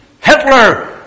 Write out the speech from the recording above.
Hitler